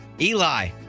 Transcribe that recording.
Eli